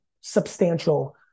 substantial